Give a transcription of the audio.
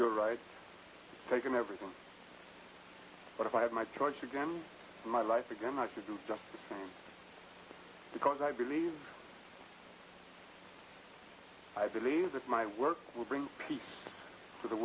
your right taken everything but if i had my choice again my life again much to do just because i believe i believe that my work will bring peace to the